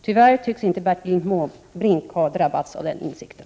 Tyvärr tycks inte Bertil Måbrink ha drabbats av den insikten.